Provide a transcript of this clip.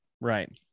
Right